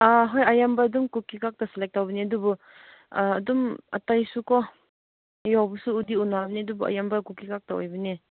ꯑꯥ ꯍꯣꯏ ꯑꯌꯥꯝꯕ ꯑꯗꯨꯝ ꯀꯨꯛꯀꯤ ꯈꯛꯇ ꯁꯦꯂꯦꯛ ꯇꯧꯕꯅꯦ ꯑꯗꯨꯕꯨ ꯑꯗꯨꯝ ꯑꯇꯩꯁꯨꯀꯣ ꯑꯌꯥꯎꯕꯁꯨ ꯎꯗꯤ ꯎꯅꯕꯅꯦ ꯑꯗꯨꯕꯨ ꯑꯌꯥꯝꯕ ꯀꯨꯛꯀꯤ ꯉꯥꯛꯇ ꯑꯣꯏꯕꯅꯦ